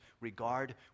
regard